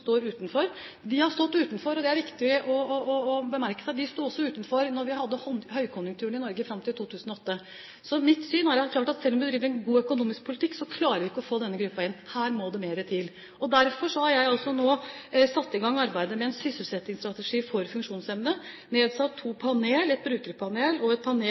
står utenfor arbeidslivet. De sto også utenfor – og det er det viktig å merke seg – da vi hadde høykonjunktur i Norge, fram til 2008. Mitt syn er at det er klart at selv om vi har en god økonomisk politikk, klarer vi ikke å få denne gruppen inn. Her må det mer til. Derfor har jeg nå satt i gang arbeidet med en sysselsettingsstrategi for funksjonshemmede og har nedsatt to panel – et brukerpanel og et panel